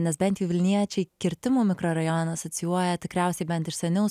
nes bent jau vilniečiai kirtimų mikrorajone asocijuoja tikriausiai bent iš seniau